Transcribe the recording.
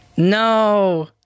No